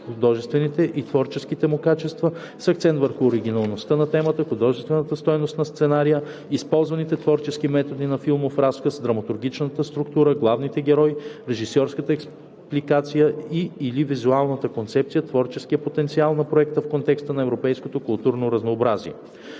художествените и творческите му качества с акцент върху оригиналността на темата, художествената стойност на сценария, използваните творчески методи на филмов разказ, драматургичната структура, главните герои, режисьорската експликация и/или визуалната концепция, творческия потенциал на проекта в контекста на европейското културно разнообразие;